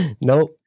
no